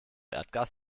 erdgas